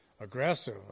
aggressive